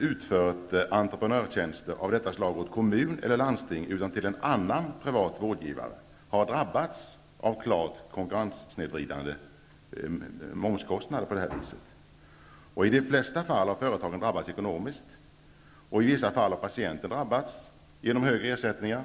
utfört entreprenörstjänster av detta slag åt kommun eller landsting utan till en annan privat vårdgivare har på det här viset drabbats av klart konkurrenssnedvridande momskostnader. I de flesta fall har företagen drabbats ekonomiskt, och i vissa fall har patienter drabbats genom att de fått betala högre ersättningar.